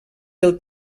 del